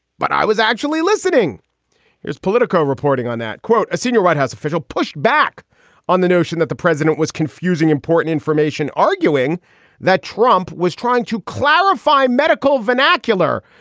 but i was actually listening here's politico reporting on that quote. a senior white house official pushed back on the notion that the president was confusing important information, arguing that trump was trying to clarify medical vernacular.